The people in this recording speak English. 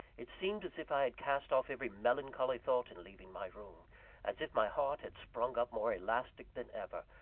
it seemed as if i had cast off every melancholy thought, in leaving my room as if my heart had sprung up more elastic than ever,